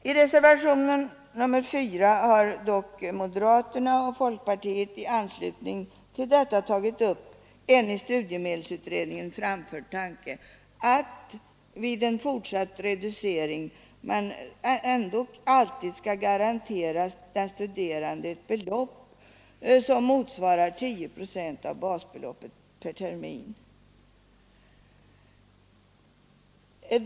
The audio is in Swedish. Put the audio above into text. I reservationen 4 har dock moderaterna och folkpartiet i anslutning till detta tagit upp en i studiemedelsutredningen framförd tanke att man vid en fortsatt reducering ändock alltid skall garantera den studerande ett belopp, som motsvarar 10 procent av basbeloppet per termin.